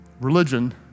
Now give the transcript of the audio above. Religion